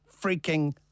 freaking